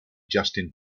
justin